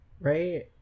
right